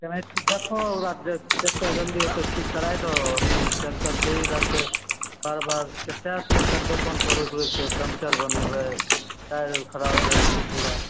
टायरके देखाह ओकरा जत्ते जल्दी होतै ठीक कराय दहऽ तऽ हमहुँ टेंसन फ्री रहतै बार बार कतए कि दोकान पर रोकि रोकि कऽ पंचर बनेबै टायर ऊर खराब भेल छै पूरा